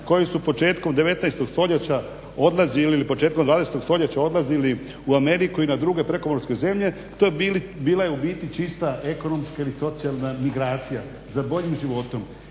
koji su početkom 19.stoljeća odlazili ili početkom 20.stoljeća odlazili u Ameriku i na druge prekomorske zemlje. to je bila u biti čista ekonomska ili socijalna migracija za boljim životom.